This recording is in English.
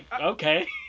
okay